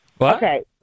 Okay